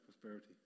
Prosperity